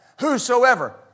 Whosoever